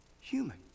human